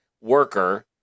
worker